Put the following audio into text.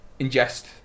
ingest